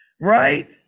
Right